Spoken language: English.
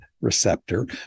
receptor